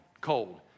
cold